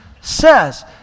says